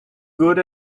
good